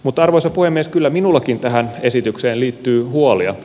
mutta arvoisa puhemies kyllä minullakin tähän esitykseen liittyy huolia